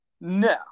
No